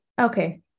Okay